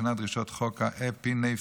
מבחינת דרישות חוק האפינפרין,